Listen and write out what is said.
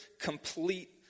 complete